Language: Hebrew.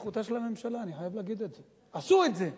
אני גם מציע שתזרז את הוועדות האלה,